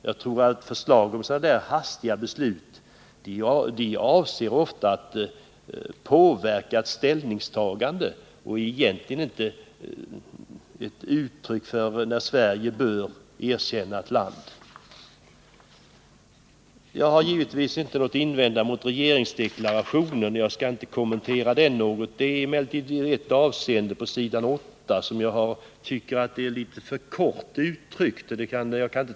Jag tror att förslag om sådana där hastiga beslut ofta avser att påverka ett ställningstagande, varför de egentligen inte är ett uttryck för att Sverige bör erkänna landets regim. Jag har givetvis ingenting att invända mot regeringsdeklarationen och skall inte kommentera den. Det är emellertid i ett avseende som jag tycker den är för kortfattad.